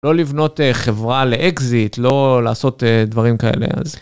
לא לבנות חברה לאקזיט, לא לעשות דברים כאלה אז.